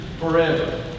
forever